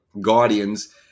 Guardians